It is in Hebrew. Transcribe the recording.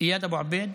איאד אבו עביד?